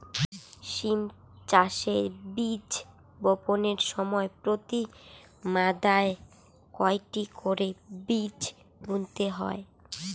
সিম চাষে বীজ বপনের সময় প্রতি মাদায় কয়টি করে বীজ বুনতে হয়?